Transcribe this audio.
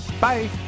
Bye